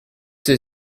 thé